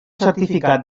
certificat